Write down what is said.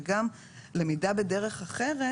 גם למידה בדרך אחרת,